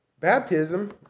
Baptism